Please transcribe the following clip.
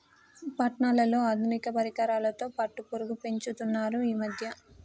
పట్నాలలో ఆధునిక పరికరాలతో పట్టుపురుగు పెంచుతున్నారు ఈ మధ్య